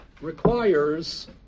requires